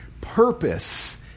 purpose